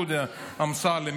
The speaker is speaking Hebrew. דודי אמסלם?